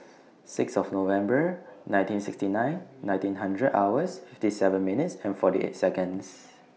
six of November nineteen sixty nine nineteen hundred hours fifty seven minutes and forty eight Seconds